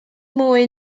mwy